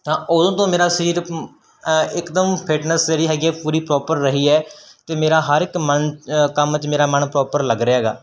ਤਾਂ ਉਦੋਂ ਤੋਂ ਮੇਰਾ ਸਰੀਰ ਐਂ ਇਕਦਮ ਫਿਟਨੈਸ ਜਿਹੜੀ ਹੈਗੀ ਐ ਪੂਰੀ ਪ੍ਰੋਪਰ ਰਹੀ ਹੈ ਅਤੇ ਮੇਰਾ ਹਰ ਇੱਕ ਮਨ ਕੰਮ 'ਚ ਮੇਰਾ ਮਨ ਪ੍ਰੋਪਰ ਲੱਗ ਰਿਹਾ ਹੈਗਾ